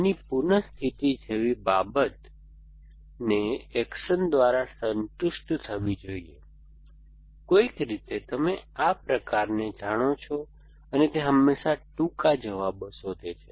આની પુનઃ સ્થિતિ જેવી બાબતોને એક્શન દ્વારા સંતુષ્ટ થવી જોઈએ કોઈક રીતે તમે આ પ્રકારને જાણો છો અને તે હંમેશા ટૂંકા જવાબો શોધે છે